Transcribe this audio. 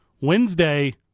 Wednesday